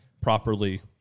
properly